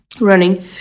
running